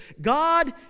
God